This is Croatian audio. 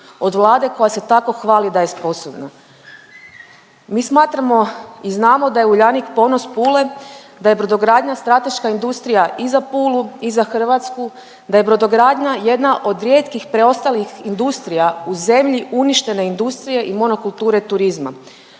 od Vlade koja se tako hvali da je sposobna. Mi smatramo i znamo da je Uljanik ponos Pule, da je brodogradnja strateška industrija i za Pulu i za Hrvatsku, da je brodogradnja jedna od rijetkih preostalih industrija u zemlji uništene industrije i monokulture turizma.